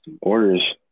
orders